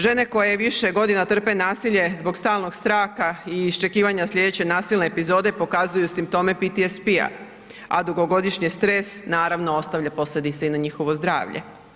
Žene koje više godina trpe nasilje zbog stalnog straha i iščekivanja sljedeće nasilne epizode pokazuju simptome PTSP-a, a dugogodišnji stres naravno, ostavlja posljedice i na njihovo zdravlje.